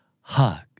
Hug